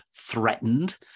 threatened